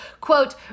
quote